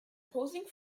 posing